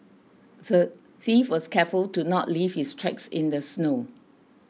the thief was careful to not leave his tracks in the snow